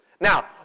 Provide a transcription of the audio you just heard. Now